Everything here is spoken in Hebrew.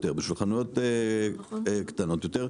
בשביל חנויות קטנות יותר.